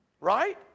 Right